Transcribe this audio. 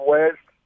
West